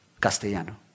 Castellano